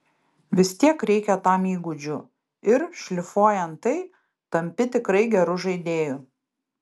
vistiek reikia tam įgūdžių ir šlifuojant tai tampi tikrai geru žaidėju